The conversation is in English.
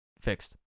fixed